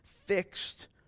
fixed